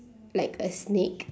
like a snake